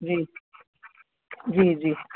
जी जी जी